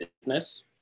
business